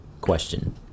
question